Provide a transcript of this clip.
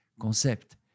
concept